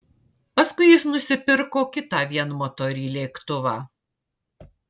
paskui jis nusipirko kitą vienmotorį lėktuvą